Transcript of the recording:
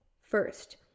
first